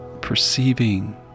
perceiving